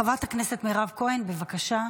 חברת הכנסת מירב כהן, בבקשה.